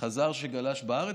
וחזר וגלש בארץ,